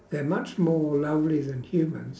they're much more lovely than humans